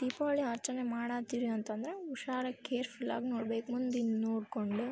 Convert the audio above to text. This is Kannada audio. ದೀಪಾವಳಿ ಆಚರಣೆ ಮಾಡತ್ತಿರಿ ಅಂತಂದರೆ ಹುಷಾರಾಗ್ ಕೇರ್ಫುಲ್ಲಾಗಿ ನೋಡ್ಬೇಕು ಮುಂದೆ ಹಿಂದ್ ನೋಡಿಕೊಂಡು